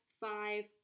five